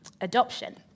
Adoption